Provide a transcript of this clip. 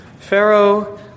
Pharaoh